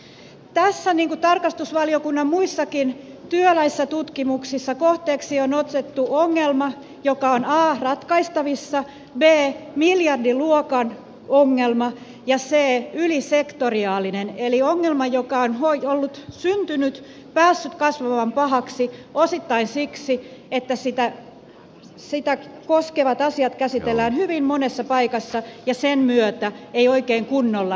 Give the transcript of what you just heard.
tässä niin kuin tarkastusvaliokunnan muissakin työläissä tutkimuksissa kohteeksi on otettu ongelma joka on a ratkaistavissa b miljardiluokan ongelma ja c ylisektoriaalinen eli ongelma joka on syntynyt päässyt kasvamaan pahaksi osittain siksi että sitä koskevat asiat käsitellään hyvin monessa paikassa ja sen myötä ei oikein kunnolla missään